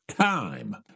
time